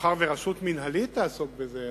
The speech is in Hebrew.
מאחר שרשות מינהלית תעסוק בזה,